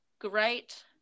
great